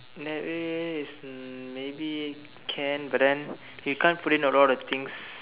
that way is um maybe can but then you can't put in a lot of things